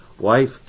Wife